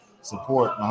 support